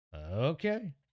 Okay